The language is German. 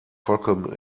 vollkommen